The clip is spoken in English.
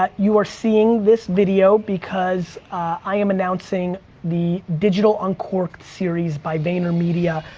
ah you are seeing this video, because i am announcing the digital uncorked series by vayner media.